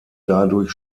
dadurch